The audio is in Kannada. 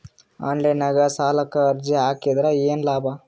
ಆನ್ಲೈನ್ ನಾಗ್ ಸಾಲಕ್ ಅರ್ಜಿ ಹಾಕದ್ರ ಏನು ಲಾಭ?